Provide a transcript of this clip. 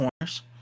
corners